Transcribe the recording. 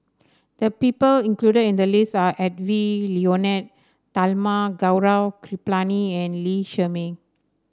the people included in the list are Edwy Lyonet Talma Gaurav Kripalani and Lee Shermay